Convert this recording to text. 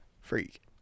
freak